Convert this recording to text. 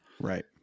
Right